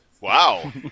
Wow